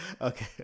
Okay